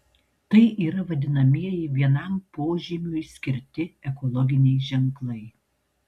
tai yra vadinamieji vienam požymiui skirti ekologiniai ženklai